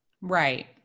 Right